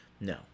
No